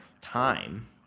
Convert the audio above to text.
time